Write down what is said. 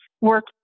work